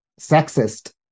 sexist